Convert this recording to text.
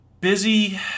busy